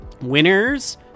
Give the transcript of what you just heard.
Winners